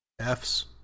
f's